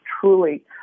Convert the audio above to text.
truly